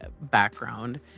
background